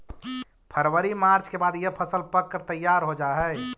फरवरी मार्च के बाद यह फसल पक कर तैयार हो जा हई